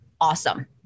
awesome